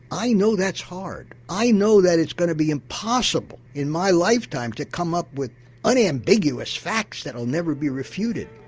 i know that's hard, i know that it's going to be impossible in my lifetime to come up with unambiguous facts that'll never be refuted.